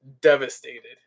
devastated